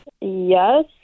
Yes